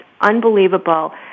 unbelievable